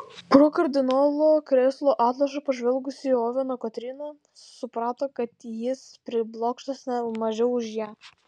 pro kardinolo krėslo atlošą pažvelgusi į oveną kotryna suprato kad jis priblokštas ne mažiau už ją